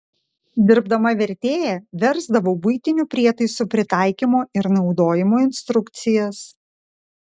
dirbdama vertėja versdavau buitinių prietaisų pritaikymo ir naudojimo instrukcijas